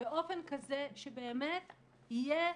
באופן כזה שבאמת יהיה